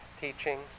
teachings